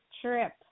trip